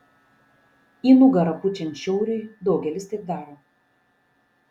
į nugarą pučiant šiauriui daugelis taip daro